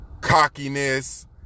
cockiness